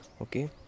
okay